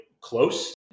close